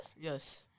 yes